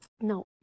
No